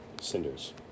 cinders